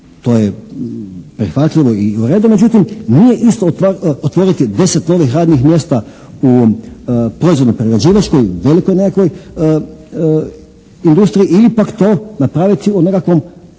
To je prihvatljivo i u redu. Međutim nije isto otvoriti 10 novih radnih mjesta u proizvodno-prerađivačkoj velikoj nekakvoj industriji ili pak to napraviti u nekakvoj novoj